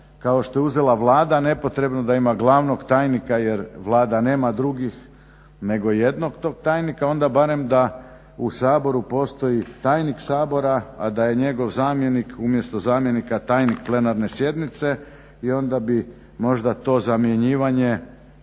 kao što je uzela Vlada nepotrebno da ima glavnog tajnika jer Vlada nema drugih nego jednog tog tajnika. Onda barem da u Saboru postoji tajnik Sabora a da je njegov zamjenik umjesto zamjenika tajnik Plenarne sjednice i onda možda to zamjenjivanje